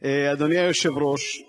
אחרי שעשית